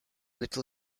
little